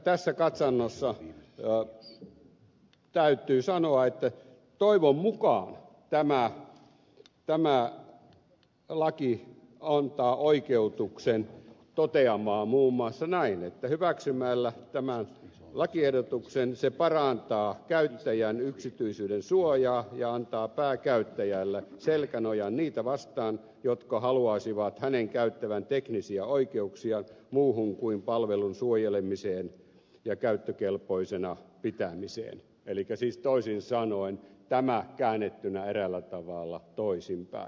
tässä katsannossa täytyy sanoa että toivon mukaan tämä laki antaa oikeutuksen todeta muun muassa näin että hyväksymällä tämän lakiehdotuksen parannetaan käyttäjän yksityisyyden suojaa ja annetaan pääkäyttäjälle selkänoja niitä vastaan jotka haluaisivat hänen käyttävän teknisiä oikeuksia muuhun kuin palvelun suojelemiseen ja käyttökelpoisena pitämiseen elikkä siis toisin sanoen tämä käännettynä eräällä tavalla toisinpäin